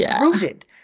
rooted